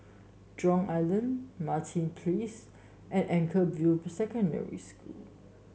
Jurong Island Martin Place and Anchorvale Secondary School